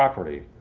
property?